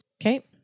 Okay